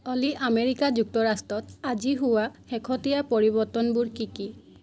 অ'লি America যুক্তৰাষ্টত আজি হোৱা শেহতীয়া পৰিৱৰ্তনবোৰ কি কি